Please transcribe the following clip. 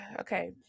Okay